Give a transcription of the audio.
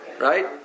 right